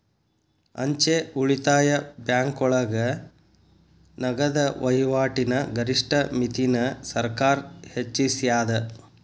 ಅಂಚೆ ಉಳಿತಾಯ ಬ್ಯಾಂಕೋಳಗ ನಗದ ವಹಿವಾಟಿನ ಗರಿಷ್ಠ ಮಿತಿನ ಸರ್ಕಾರ್ ಹೆಚ್ಚಿಸ್ಯಾದ